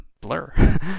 blur